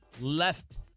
left